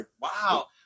Wow